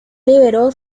liberó